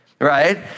right